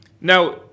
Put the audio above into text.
now